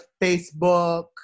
Facebook